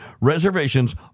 reservations